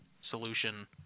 solution